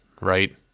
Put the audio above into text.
right